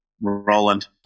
Roland